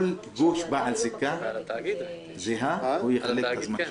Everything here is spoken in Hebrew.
כל גוף בעל זיקה זהה, הוא מחלק את הזמן שלו.